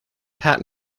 pat